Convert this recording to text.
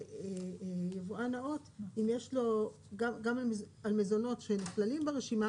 יבואן נאות אם יש לו גם על מזונות שנכללים ברשימה